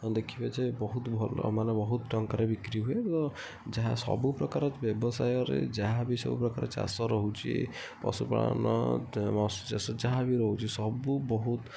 ଦେଖିବେ ଯେ ବହୁତ ଭଲ ମାନେ ବହୁତ ଟଙ୍କାରେ ବିକ୍ରିହୁଏ ଯାହା ସବୁପ୍ରକାର ବ୍ୟବସାୟରେ ଯାହାବି ସବୁପ୍ରକାର ଚାଷ ରହୁଛି ପଶୁପାଳନ ମତ୍ସ୍ୟଚାଷ ଯାହାବି ରହୁଛି ସବୁ ବହୁତ